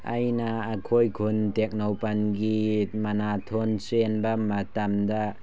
ꯑꯩꯅ ꯑꯩꯈꯣꯏ ꯈꯨꯟ ꯇꯦꯡꯅꯧꯄꯜꯒꯤ ꯃꯅꯥꯊꯣꯟ ꯆꯦꯟꯕ ꯃꯇꯝꯗ